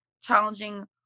challenging